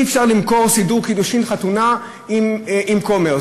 אי-אפשר למכור סידור קידושין, חתונה, עם כומר.